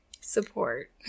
support